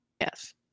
Yes